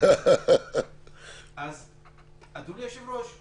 אדוני היושב-ראש,